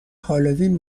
هالوین